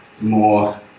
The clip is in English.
more